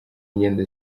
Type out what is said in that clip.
ngendo